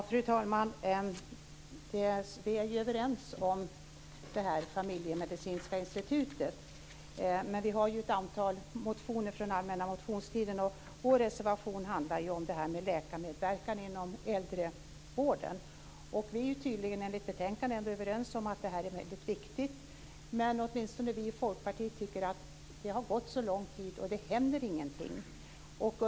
Fru talman! Vi är överens när det gäller det familjemedicinska institutet. Men vi har ett antal motioner från allmänna motionstiden, och vår reservation handlar om läkarmedverkan inom äldrevården. Vi är tydligen enligt betänkandet ändå överens om att det här är väldigt viktigt. Men åtminstone vi i Folkpartiet tycker att det har gått så lång tid och ingenting händer.